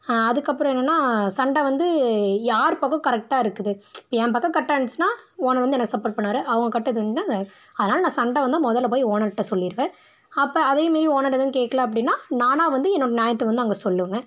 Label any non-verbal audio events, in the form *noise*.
அதுக்கப்புறம் என்னென்னால் சண்டை வந்து யார் பக்கம் கரெக்டாக இருக்குது என் பக்கம் கரெக்டா இருந்துச்சின்னா ஓனர் வந்து என்ன சப்போர்ட் பண்ணுவார் அவங்க கரெக்டாக *unintelligible* அது அதனால நான் சண்டை வந்தால் மொதலில் போய் ஓனர்கிட்ட சொல்லிடுவேன் அப்போ அதையும் மீறி ஓனர் எதுவும் கேட்கல அப்படின்னா நானாக வந்து என்னோட நியாயத்தை வந்து அங்கே சொல்லுவேன்